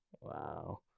Wow